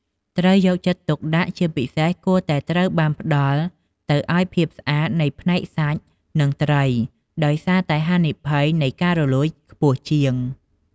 ត្រូវយកចិត្តទុកដាក់ជាពិសេសគួរតែត្រូវបានផ្តល់ទៅឱ្យភាពស្អាតនៃផ្នែកសាច់និងត្រីដោយសារតែហានិភ័យនៃការរលួយខ្ពស់ជាង។